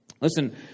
Listen